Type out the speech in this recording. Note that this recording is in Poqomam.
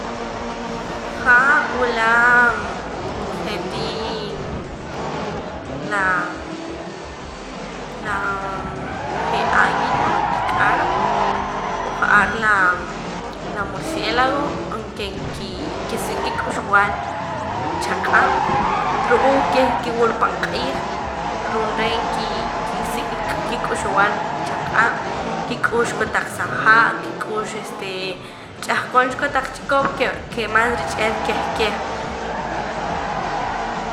Jaa wula je'tii la je' águila kik'ar o ja'ar laa la murciélago ke nkii kisik' kik'uxbaal chaq'ab' ru'uum keh ki'wura pan q'iij ru'uum re' ki kisik' kik'uxb'aal chaq'ab' kik'ux kotaq sa'jaa' kik'ux este ch'ahqon cha kotaq chikop ke ke mas rich'eet keh keh